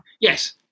Yes